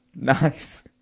nice